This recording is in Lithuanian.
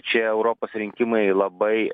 šie europos rinkimai labai